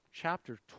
Chapter